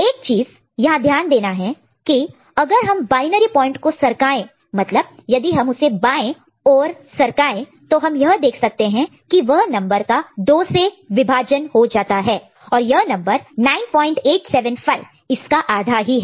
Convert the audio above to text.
एक चीज यहां ध्यान देना है कि अगर हम बायनरी पॉइंट को सरकाए शिफ्ट shift करें मतलब यदि हम उसे बाएं लेफ्ट left ओर सरकाए शिफ्ट shift तो हम यह देख सकते हैं कि वह नंबर का 2 से विभाजन डिवाइड divide हो जाता है और यह नंबर 9875 इसका आधा ही है